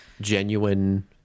genuine